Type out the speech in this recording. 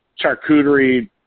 charcuterie